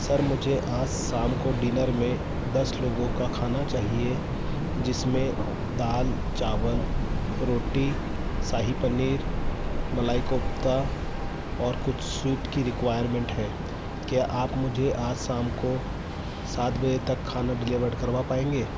sir मुझे आज शाम को डिनर में दस लोगों का खाना चाहिए जिसमें दाल चावल रोटी शाही पनीर मलाई कोफ़्ता और कुछ स्वीट की रिक्वायरमेंट है क्या आप मुझे आज शाम को सात बजे तक खाना डिलीवर करवा पाएँगे